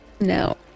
no